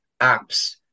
apps